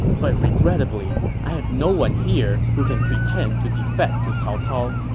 but regrettably, i have no one here who can pretend to defect to cao cao.